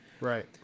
right